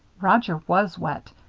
roger was wet.